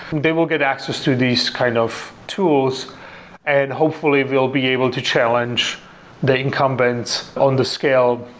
they will get access to this kind of tools and hopefully we'll be able to challenge the incumbents on the scale.